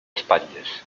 espatlles